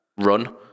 run